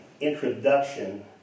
introduction